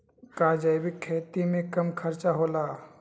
का जैविक खेती में कम खर्च होला?